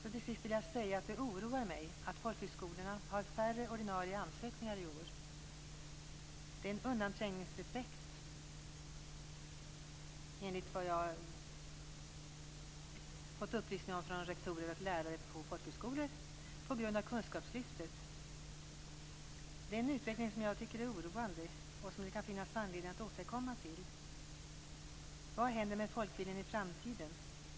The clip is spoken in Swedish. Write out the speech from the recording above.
Till sist vill jag säga att det oroar mig att folkhögskolorna i år har färre ordinarie ansökningar. Det är en undanträngningseffekt, enligt vad jag fått upplysning om från rektorer och lärare på folkhögskolor, till följd av kunskapslyftet. Det är en utveckling som jag tycker är oroande och som det kan finnas anledning att återkomma till. Vad händer med folkbildningen i framtiden?